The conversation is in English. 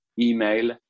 email